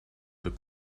the